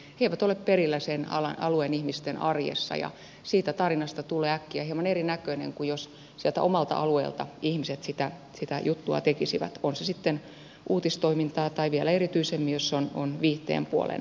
he eivät ole perillä sen alueen ihmisten arjesta ja siitä tarinasta tulee äkkiä hieman erinäköinen kuin jos sieltä omalta alueelta ihmiset sitä juttua tekisivät on se sitten uutistoimintaa tai vielä erityisemmin jos se on viihteen puolen toimintaa